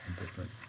different